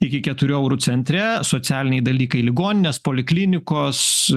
iki keturių eurų centre socialiniai dalykai ligoninės poliklinikos